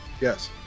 Yes